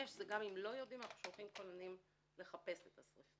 5 זה גם אם לא יודעים אנחנו שולחים כוננים לחפש את השריפה.